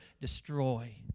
destroy